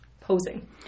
posing